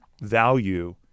value